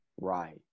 Right